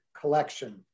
collection